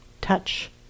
touch